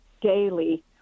daily